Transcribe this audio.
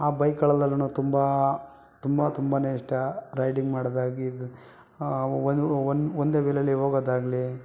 ಆ ಬೈಕ್ಗಳಲ್ಲೂ ತುಂಬ ತುಂಬ ತುಂಬನೇ ಇಷ್ಟ ರೈಡಿಂಗ್ ಮಾಡೊದಾಗಿದೆ ಒಂದು ಒಂದು ಒಂದೇ ವೀಲಲ್ಲಿ ಹೋಗೋದಾಗಲಿ